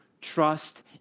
Trust